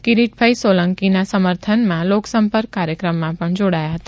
કિરીટભાઈ સોલંકીના સમર્થનમાં લોકસંપર્ક કાર્યક્રમમાં પણ જોડાયા હતા